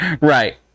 Right